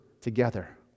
together